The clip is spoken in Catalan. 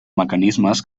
mecanismes